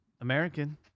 american